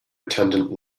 attendant